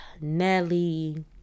Nelly